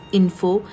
info